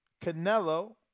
Canelo